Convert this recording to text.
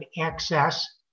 access